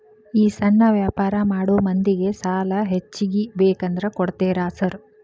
ಈ ಸಣ್ಣ ವ್ಯಾಪಾರ ಮಾಡೋ ಮಂದಿಗೆ ಸಾಲ ಹೆಚ್ಚಿಗಿ ಬೇಕಂದ್ರ ಕೊಡ್ತೇರಾ ಸಾರ್?